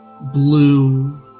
Blue